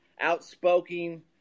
outspoken